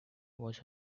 was